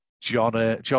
John